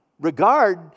Regard